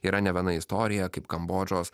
yra ne viena istorija kaip kambodžos